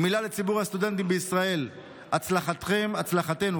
מילה לציבור הסטודנטים בישראל: הצלחתכם, הצלחתנו.